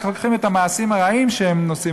אתם רק לוקחים את המעשים הרעים שהם עושים,